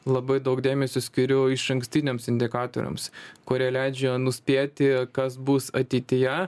labai daug dėmesio skiriu išankstiniams indikatoriams kurie leidžia nuspėti kas bus ateityje